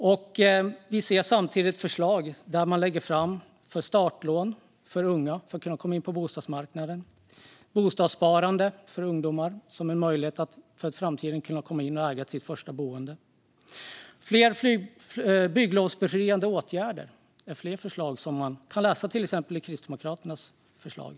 De lägger också fram förslag om startlån för unga för att de ska kunna komma in på bostadsmarknaden och om bostadssparande för ungdomar för att de i framtiden ska kunna äga sitt första boende. Fler bygglovsbefriade åtgärder är annat som man kan läsa om i till exempel Kristdemokraternas förslag.